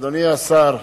אדוני השר,